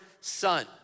son